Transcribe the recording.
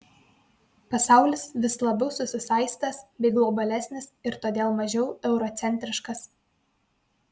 pasaulis vis labiau susisaistęs bei globalesnis ir todėl mažiau eurocentriškas